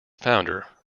founder